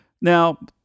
Now